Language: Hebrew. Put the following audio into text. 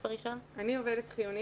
כי ראשית זה לא כלכלי,